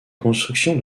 construction